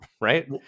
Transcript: right